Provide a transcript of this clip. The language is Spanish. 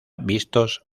vistos